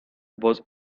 was